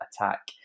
attack